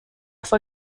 fue